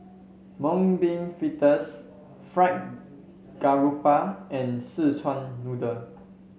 Mung Bean Fritters Fried Garoupa and Szechuan Noodle